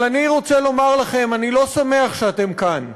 אבל אני רוצה לומר לכם, אני לא שמח שאתם כאן,